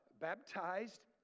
baptized